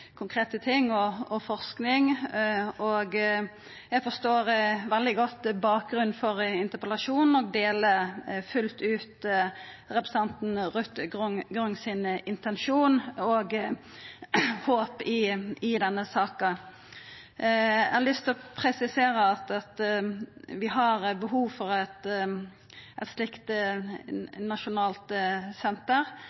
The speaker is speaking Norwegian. konkrete ting og forsking. Eg forstår veldig godt bakgrunnen for interpellasjonen og deler fullt ut representanten Ruth Grungs intensjon og håp i denne saka. Eg har lyst til å presisera at vi har behov for eit slikt